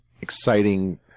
exciting